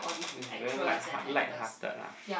it's very light heart light hearted lah